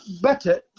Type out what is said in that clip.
better